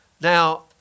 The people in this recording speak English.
Now